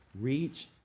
reach